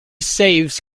saves